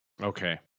Okay